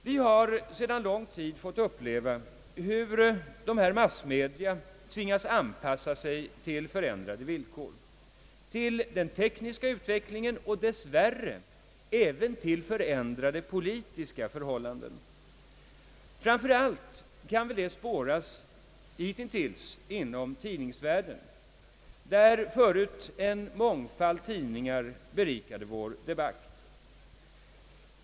Vi har sedan lång tid tillbaka fått uppleva hur massmedia tvingas anpassa sig till ändrade villkor, till den tekniska utvecklingen och dess värre även till ändrade politiska förhållanden. Framför allt kan denna utveckling spåras inom tidningsvärlden. Förut var det en mångfald tidningar som berikade vår debatt.